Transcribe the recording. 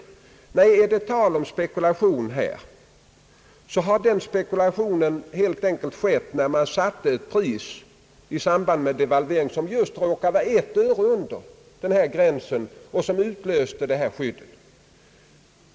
Det är emellertid inte tal om spekulation här, men om så vore skulle den spekulationen helt enkelt ha skett när man i samband med devalveringen satte ett pris som just råkade vara ett öre under den gräns som utlöste skyddet.